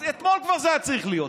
אז אתמול זה כבר היה צריך להיות.